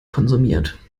konsumiert